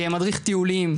כמדריך טיולים,